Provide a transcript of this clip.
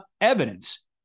evidence